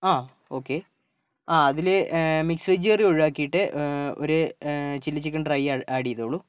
ആ ഒക്കെ അതിൽ മിക്സ് വെജ് കറി ഒഴിവാക്കിയിട്ട് ഒരു ചില്ലി ചിക്കൻ ഡ്രൈ ആ ആഡ് ചെയ്തോളു